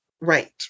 Right